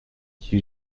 qui